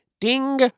ding